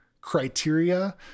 criteria